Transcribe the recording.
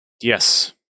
Yes